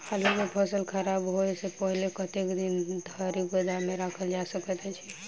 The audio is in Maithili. आलु केँ फसल खराब होब सऽ पहिने कतेक दिन धरि गोदाम मे राखल जा सकैत अछि?